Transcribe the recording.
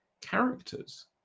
characters